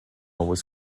was